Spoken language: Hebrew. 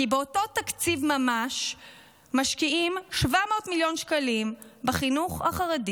כי באותו תקציב ממש משקיעים 700 מיליון שקלים בחינוך החרדי